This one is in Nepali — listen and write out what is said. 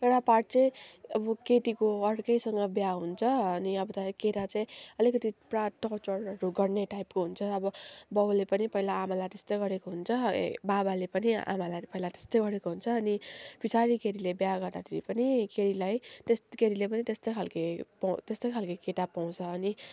एउटा पार्ट चाहिँ अब केटीको अर्कैसँग बिहे हुन्छ अनि अब केटा चाहिँ अलिकति पुरा टर्चरहरू गर्ने टाइपको हुन्छ अब बाउले पनि पहिला आमालाई त्यस्तै गरेको हुन्छ ए बाबाले पनि आमालाई पहिला त्यस्तै गरेको हुन्छ अनि पिछाडि केटीले बिहे गर्दाखेरि पनि केटीलाई केटीले पनि त्यस्तै खालके केटा पाउँछ अनि